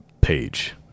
page